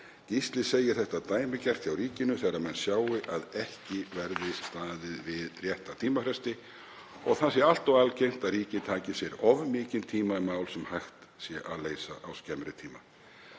Gísli segir þetta dæmigert hjá ríkinu þegar menn sjái að ekki verði staðið við rétta tímafresti og það sé allt of algengt að ríkið taki sér of mikinn tíma í mál sem hægt sé að leysa á skemmri tíma.